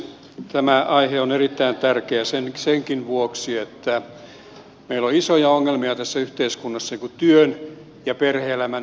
tämä aihe on erittäin tärkeä senkin vuoksi että meillä on isoja ongelmia tässä yhteiskunnassa työn ja perhe elämän yhteensovittamiseksi